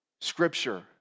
scripture